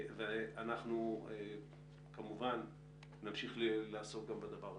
ואנחנו כמובן נמשיך לעסוק גם בדבר הזה.